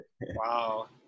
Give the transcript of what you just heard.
Wow